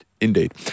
indeed